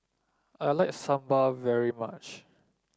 I like sambal very much